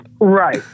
Right